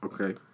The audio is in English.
Okay